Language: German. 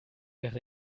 wäre